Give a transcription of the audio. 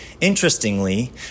Interestingly